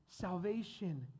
salvation